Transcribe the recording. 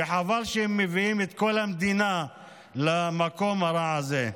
וחבל שהם מביאים את כל המדינה למקום הרע הזה.